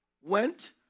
went